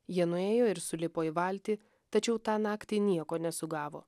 jie nuėjo ir sulipo į valtį tačiau tą naktį nieko nesugavo